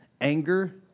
Anger